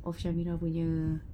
of shaminah punya